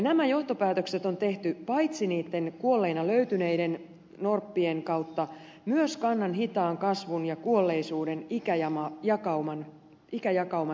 nämä johtopäätökset on tehty paitsi niitten kuolleina löytyneiden norppien kautta myös kannan hitaan kasvun ja kuolleisuuden ikäjakauman perusteella